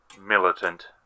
militant